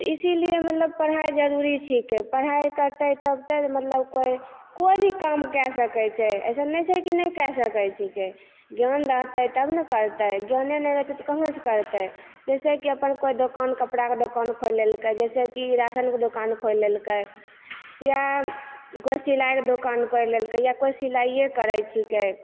ईसीलिए मतलब पढ़ाइ जरुरी छिकै पढ़ाइ करतै तब तऽ मतलब कोइ कोइ भी काम कए सकै छै अइसन नहि छै कि नहि कए सकै छिकै ज्ञान रहतै तब ने करतै ज्ञाने नहि रहतै तऽ कहाँ सँ करतै जैसे की अपन कोइ दोकान कपड़ाके दोकान खोलि लेलकै जैसे की राशनके दोकान खोलि लेलकै या कोइ सिलाइके दोकान करि लेलकै या कोइ सिलाइये करै छिकै